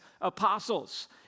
apostles